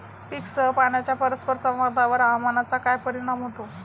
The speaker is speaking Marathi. पीकसह पाण्याच्या परस्पर संवादावर हवामानाचा काय परिणाम होतो?